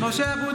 (קוראת בשמות חברי הכנסת) משה אבוטבול,